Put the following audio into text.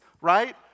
right